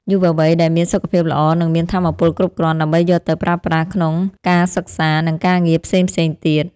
យុវវ័យដែលមានសុខភាពល្អនឹងមានថាមពលគ្រប់គ្រាន់ដើម្បីយកទៅប្រើប្រាស់ក្នុងការសិក្សានិងការងារផ្សេងៗទៀត។